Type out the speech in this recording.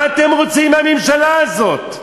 מה אתם רוצים מהממשלה הזאת?